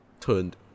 Turned